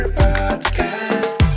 podcast